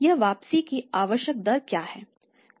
यह वापसी की आवश्यक दर क्या है